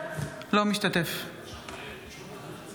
משתתף בהצבעה